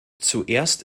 zuerst